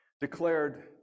declared